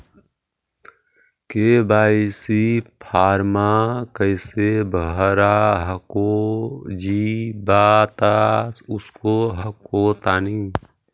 KYC फॉर्मा कैसे भरा हको जी बता उसको हको तानी?